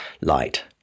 light